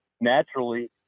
naturally